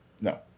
No